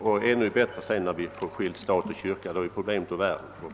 Och ännu bättre blir det sedan vi har skilt staten från kyrkan — då är problemet ur världen för gott.